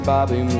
Bobby